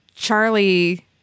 Charlie